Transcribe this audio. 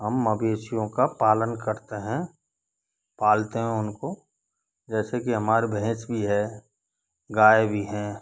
हम मवेशियों का पालन करते हैं पालतें हैं उन को जैसे कि हमारे भैंस भी है गाय भी हैं